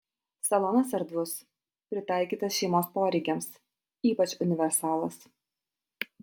salonas erdvus pritaikytas šeimos poreikiams ypač universalas